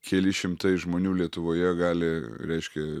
keli šimtai žmonių lietuvoje gali reiškia